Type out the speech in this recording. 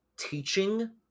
teaching